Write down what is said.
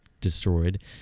destroyed